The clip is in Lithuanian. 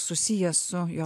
susiję su jo